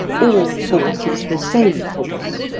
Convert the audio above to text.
all force is the same force.